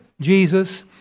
Jesus